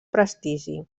prestigi